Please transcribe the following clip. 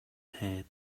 head